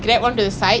ya ya ya